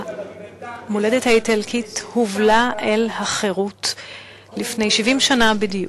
המולדת האיטלקית הובלה אל החירות לפני 70 שנה בדיוק,